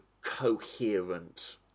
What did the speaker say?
coherent